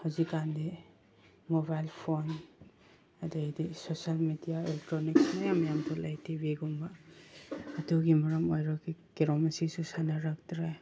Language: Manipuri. ꯍꯧꯖꯤꯛꯀꯥꯟꯗꯤ ꯃꯣꯕꯥꯏꯜ ꯐꯣꯟ ꯑꯗꯨꯗꯩꯗꯤ ꯁꯣꯁꯦꯜ ꯃꯦꯗꯤꯌꯥ ꯑꯦꯂꯦꯛꯇ꯭ꯔꯣꯅꯤꯛꯁ ꯃꯌꯥꯝ ꯃꯌꯥꯝ ꯊꯣꯛꯂꯛꯑꯦ ꯇꯤ ꯚꯤꯒꯨꯝꯕ ꯑꯗꯨꯅ ꯃꯔꯝ ꯑꯣꯏꯔꯒ ꯀꯦꯔꯣꯝ ꯑꯁꯤꯁꯨ ꯁꯥꯟꯅꯔꯛꯇ꯭ꯔꯦ